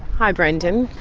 hi, brendan.